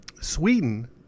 sweden